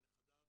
לנכדיו,